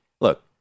Look